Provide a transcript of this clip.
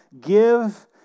give